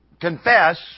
confess